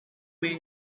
may